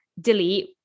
delete